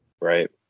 Right